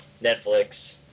Netflix